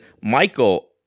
Michael